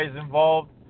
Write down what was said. involved